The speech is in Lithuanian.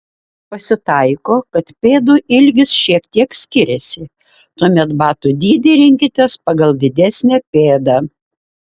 pasitaiko kad pėdų ilgis šiek tiek skiriasi tuomet batų dydį rinkitės pagal didesnę pėdą